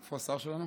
איפה השר שלנו?